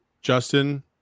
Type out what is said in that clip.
Justin